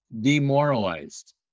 demoralized